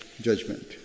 judgment